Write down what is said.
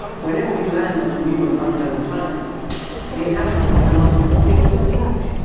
whenever we land on a new and unknown planet the inhabitants come up and speak to us in english.